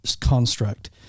construct